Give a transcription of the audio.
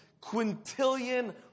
quintillion